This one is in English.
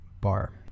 bar